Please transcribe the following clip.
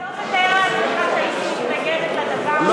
אתה לא מתאר לעצמך שהייתי מתנגדת לדבר הזה.